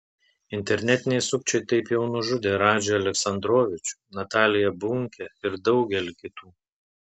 internetiniai sukčiai taip jau nužudė radžį aleksandrovičių nataliją bunkę ir daugelį kitų